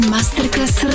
Masterclass